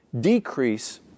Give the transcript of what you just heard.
Decrease